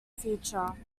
future